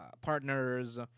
partners